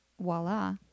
voila